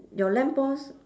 your lamp post